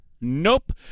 Nope